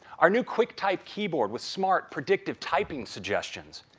our new quicktype keyword with smart predictive typing suggestions.